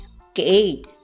Okay